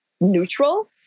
neutral